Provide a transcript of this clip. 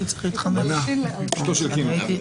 אישתו של קינלי.